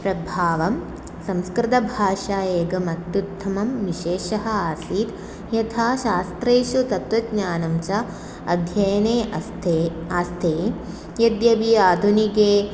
प्रभावं संस्कृतभाषा एका अत्युत्तमा विशेषा आसीत् यथा शास्त्रेषु तत्वज्ञानं च अध्ययने अस्था आस्था यद्यपि आधुनिके